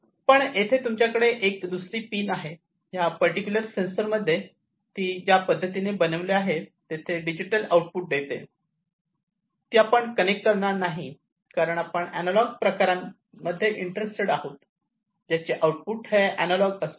तर येथे तुमच्याकडे एक दुसरी पिन आहे ह्या पर्टिक्युलर सेन्सर मध्ये ती ज्या पद्धतीने बनविलेली आहे तेथे ती डिजिटल आउटपुट देते ती आपण कनेक्ट करणार नाही कारण आपण अँनालाँग प्रकारांमध्ये इंटरेस्टेड आहोत ज्याचे आउटपुट हे अँनालाँग असेल